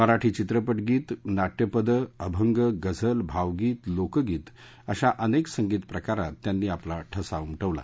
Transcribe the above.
मराठी चित्रपटगीत नाटयपद अभंग गझल भावगीत लोकगीत अशा अनेक संगीत प्रकारात त्यांनी आपला ठसा उमटवला